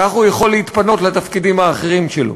כך הוא יכול להתפנות לתפקידים האחרים שלו.